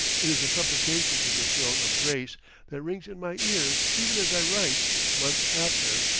it is a supplication to the throne of grace that rings in my ears even as i write, months after,